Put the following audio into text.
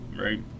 right